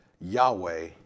Yahweh